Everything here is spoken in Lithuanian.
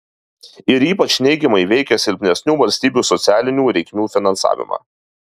ir ypač neigiamai veikia silpnesnių valstybių socialinių reikmių finansavimą